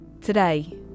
Today